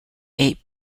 eight